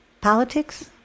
Politics